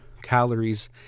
calories